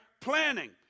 planning